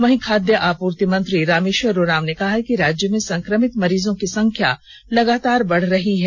वहीं खाद्य आपूर्ति मंत्री रामेष्वर उरांव ने कहा कि राज्य में संक्रमित मरीजों की संख्या लगातार बढ़ रही है